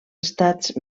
estats